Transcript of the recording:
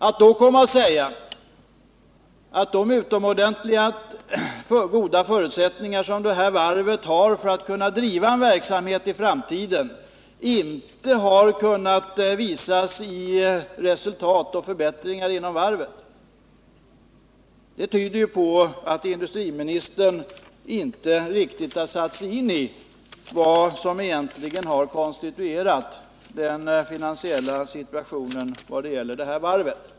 Att då säga att de utomordentligt goda förutsättningar som varvet har för att driva sin verksamhet i framtiden inte har kunnat visas i resultat och förbättringar inom varvet tyder på att industriministern inte riktigt har satt sig in i vad som egentligen har konstituerat den finansiella situationen för varvet.